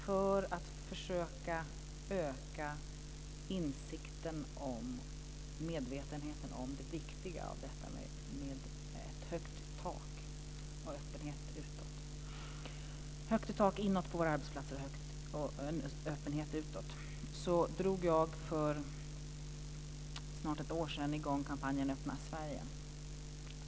För att försöka öka insikten och medvetenheten om vikten av att ha högt i tak inåt på våra arbetsplatser och öppenhet utåt drog jag, för snart ett år sedan, i gång kampanjen Öppna Sverige.